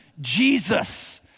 Jesus